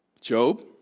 Job